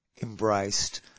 embraced